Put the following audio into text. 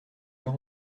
leur